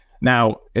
Now